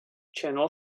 channel